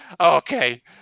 Okay